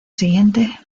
siguiente